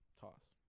toss